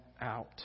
out